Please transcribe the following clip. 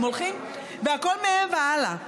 הם הולכים והכול מהם והלאה.